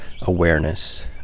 awareness